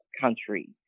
country